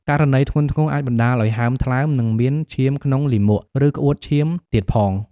ករណីធ្ងន់ធ្ងរអាចបណ្តាលឱ្យ ហើមថ្លើម និង មានឈាមក្នុងលាមក ឬក្អួតឈាមទៀតផង។